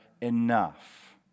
enough